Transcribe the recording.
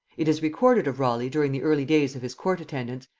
it is recorded of raleigh during the early days of his court attendance,